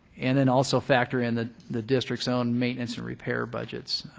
and then also factor in the the district's own maintenance and repair budgets.